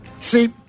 see